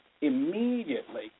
immediately